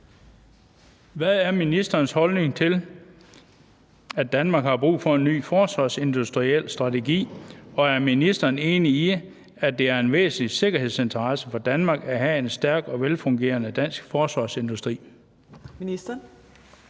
Hvad er ministerens holdning til, at Danmark har brug for en ny forsvarsindustriel strategi, og er ministeren enig i, at det er en væsentlig sikkerhedsinteresse for Danmark at have en stærk og velfungerende dansk forsvarsindustri?